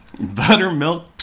Buttermilk